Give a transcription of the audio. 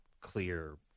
clear